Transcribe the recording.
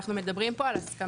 אנחנו מדברים פה על הסכמה.